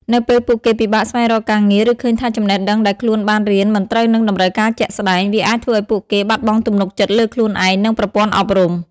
នៅពេលពួកគេពិបាកស្វែងរកការងារ ឬឃើញថាចំណេះដឹងដែលខ្លួនបានរៀនមិនត្រូវនឹងតម្រូវការជាក់ស្តែង វាអាចធ្វើឱ្យពួកគេបាត់បង់ទំនុកចិត្តលើខ្លួនឯង និងប្រព័ន្ធអប់រំ។